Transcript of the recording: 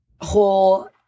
whole